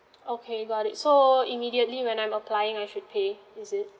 okay got it so immediately when I'm applying I should pay is it